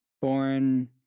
born